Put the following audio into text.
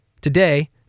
Today